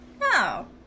no